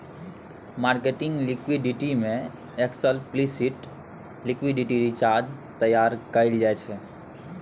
marketing liquidity में explicit liquidity reserve तैयार कएल जाइ छै